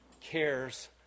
cares